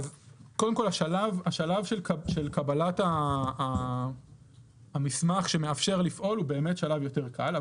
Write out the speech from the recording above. קודם כול השלב של קבלת המסמך שמאפשר לפעול הוא באמת שלב יותר קל.